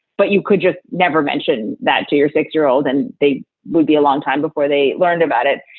but you could just never mention that to your six year old and they would be a long time before they learned about it.